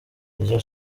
iryo